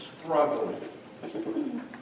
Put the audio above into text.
struggling